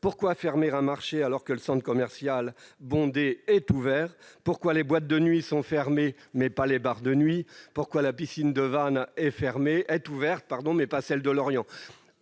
Pourquoi fermer un marché, alors que le centre commercial bondé est ouvert ? Pourquoi les boîtes de nuit sont-elles fermées, mais pas les bars de nuit ? Pourquoi la piscine de Vannes est-elle ouverte, mais pas celle de Lorient ?